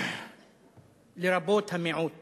לרבות המיעוט